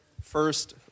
first